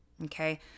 Okay